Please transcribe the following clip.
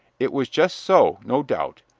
it was just so, no doubt,